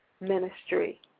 ministry